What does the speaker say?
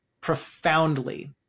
profoundly